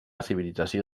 civilització